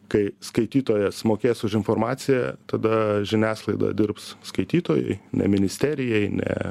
kai skaitytojas mokės už informaciją tada žiniasklaida dirbs skaitytojui ne ministerijai ne